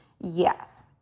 yes